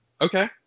Okay